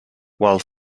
while